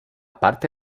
parte